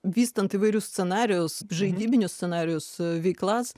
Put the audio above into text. vystant įvairius scenarijus žaidybinius scenarijus veiklas